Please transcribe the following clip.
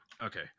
Okay